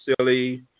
silly